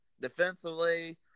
defensively